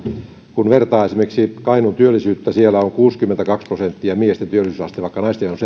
kun vertaa esimerkiksi kainuun työllisyyttä siellä on kuusikymmentäkaksi prosenttia miesten työllisyysaste vaikka naisten on